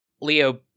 Leo